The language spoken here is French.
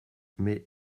mais